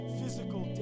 physical